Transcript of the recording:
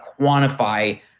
quantify